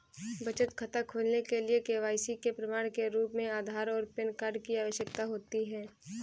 बचत खाता खोलने के लिए के.वाई.सी के प्रमाण के रूप में आधार और पैन कार्ड की आवश्यकता होती है